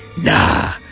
Nah